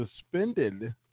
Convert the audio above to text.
suspended